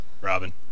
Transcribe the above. Robin